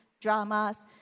dramas